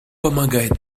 помогает